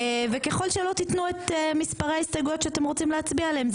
וככל שלא תתנו את מספרי ההסתייגויות שאתם רוצים להצביע עליהן,